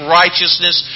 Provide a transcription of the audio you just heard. righteousness